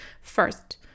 First